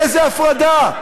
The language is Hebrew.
איזו הפרדה?